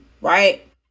right